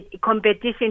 competition